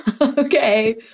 Okay